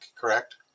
correct